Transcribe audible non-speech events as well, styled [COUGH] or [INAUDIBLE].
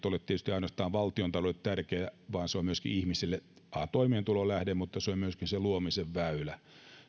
[UNINTELLIGIBLE] ole tietysti ainoastaan valtiontaloudelle tärkeää vaan se on myöskin ihmisille paitsi toimeentulon lähde myöskin se luomisen väylä eli me